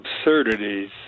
absurdities